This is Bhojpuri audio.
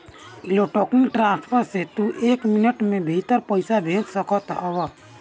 इलेक्ट्रानिक ट्रांसफर से तू एक मिनट के भीतर पईसा भेज सकत हवअ